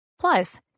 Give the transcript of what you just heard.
Plus